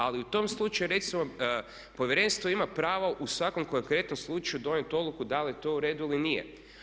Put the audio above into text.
Ali u tom slučaju recimo Povjerenstvo ima pravo u svakom konkretnom slučaju donijeti odluku da li je to u redu ili nije.